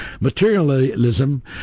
Materialism